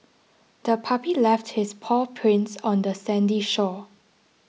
the puppy left its paw prints on the sandy shore